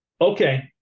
Okay